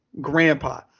Grandpa